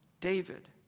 David